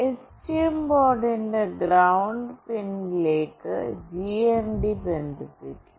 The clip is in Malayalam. എസ്ടിഎം ബോർഡിന്റെ ഗ്രണ്ട് പിൻയിലേക്ക് ജിഎൻഡി ബന്ധിപ്പിക്കും